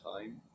time